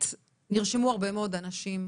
לידי יושב יושב-ראש ועדת הכלכלה,